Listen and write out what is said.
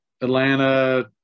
Atlanta